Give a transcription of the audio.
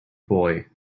boy